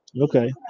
Okay